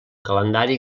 calendari